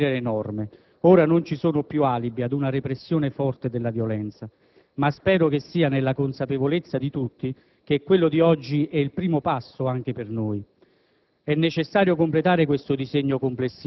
Il Parlamento ha fatto la propria parte, quella di definire le norme. Ora non ci sono più alibi ad una repressione forte della violenza. Ma spero che sia nella consapevolezza di tutti che quello di oggi è il primo passo anche per noi.